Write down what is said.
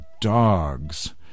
dogs